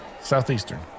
Southeastern